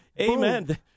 amen